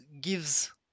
gives